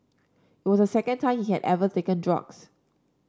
was the second time she had ever taken drugs